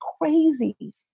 crazy